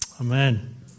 amen